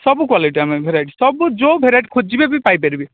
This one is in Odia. ସବୁ କ୍ୱାଲିଟି ଆମେ ଭେରାଇଟି ଯେଉଁ ଭେରାଇଟି ଖୋଜିବେ ବି ପାଇପାରିବେ